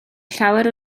llawer